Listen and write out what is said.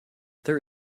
there